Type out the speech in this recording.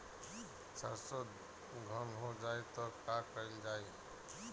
सरसो धन हो जाई त का कयील जाई?